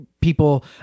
people